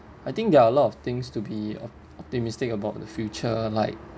I think there are a lot of things to be optimistic about the future like